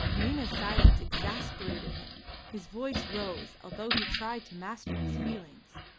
nina's silence exasperated him his voice rose, although he tried to master his feelings.